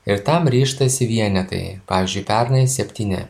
ir tam ryžtasi vienetai pavyzdžiui pernai septyni